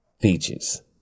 features